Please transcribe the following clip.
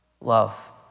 love